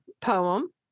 poem